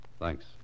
Thanks